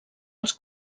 els